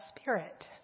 spirit